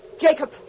Jacob